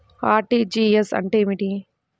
RTGS అంటే ఏమిటి?